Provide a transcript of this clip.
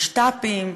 משת"פים,